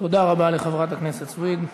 תודה רבה לחברת הכנסת סויד.